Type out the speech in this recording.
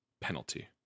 penalty